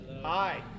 Hi